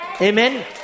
Amen